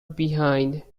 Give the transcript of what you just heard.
behind